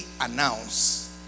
announce